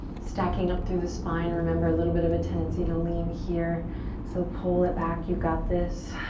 stacking up through the spine. remember a little bit of a tendency to lean here so pull it back. you got this.